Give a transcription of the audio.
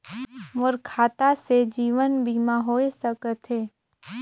मोर खाता से जीवन बीमा होए सकथे?